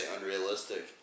unrealistic